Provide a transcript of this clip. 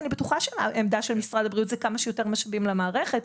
אני בטוחה שהעמדה של משרד הבריאות זה כמה שיותר משאבים למערכת.